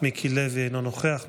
מיקי לוי, אינו נוכח.